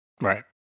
Right